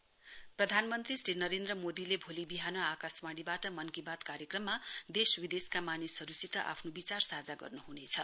मन की बात प्रधानमन्त्री श्री नरेन्द्र मोदीले भोलि विहान आकाशवाणीवाट मन की बात कार्यक्रममा देशविदेशका मानिसहरुसित आफ्नो विचार साझा गर्नुहुनेछ